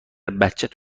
بچت